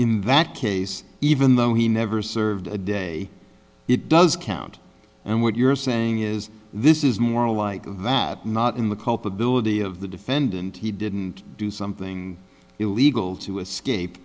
in that case even though he never served a day it does count and what you're saying is this is more likely that not in the culpability of the defendant he didn't do something illegal to escape